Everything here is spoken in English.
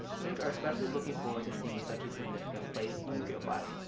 students are especially looking forward to seeing such a significant place in real life.